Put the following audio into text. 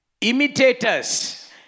imitators